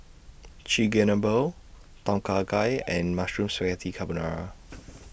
Chigenabe Tom Kha Gai and Mushroom Spaghetti Carbonara